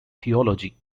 theology